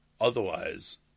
Otherwise